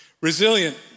Resilient